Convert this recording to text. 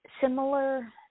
similar